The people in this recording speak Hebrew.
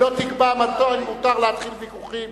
ולא תקבע מתי מותר להתחיל ויכוחים.